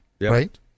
right